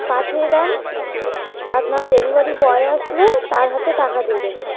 পাঠিয়ে দেন আপনার ডেলিভারি বয় আসলে তার হাতে টাকা দিয়ে দেবো